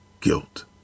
Guilt